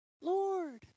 Lord